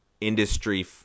industry